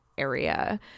area